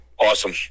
Awesome